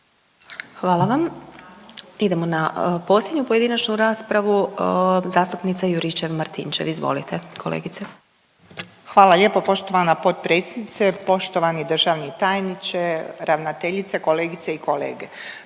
Hvala vam. Idemo na posljednju pojedinačnu raspravu, zastupnica Juričev-Martinčev, izvolite kolegice. **Juričev-Martinčev, Branka (HDZ)** Hvala lijepo poštovana potpredsjednice. Poštovani državni tajniče, ravnateljice, kolegice i kolege,